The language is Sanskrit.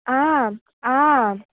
आम् आम्